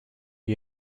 you